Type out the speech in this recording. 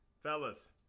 Fellas